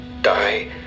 die